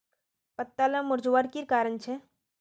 पत्ताला मुरझ्वार की कारण छे?